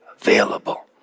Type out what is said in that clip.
available